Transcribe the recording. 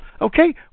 okay